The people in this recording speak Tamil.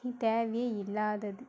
தேவையே இல்லாதது